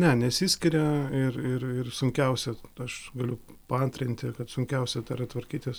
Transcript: ne nesiskiria ir ir ir sunkiausia aš galiu paantrinti kad sunkiausia yra tvarkytis